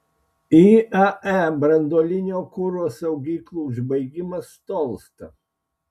iae branduolinio kuro saugyklų užbaigimas tolsta